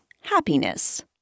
Happiness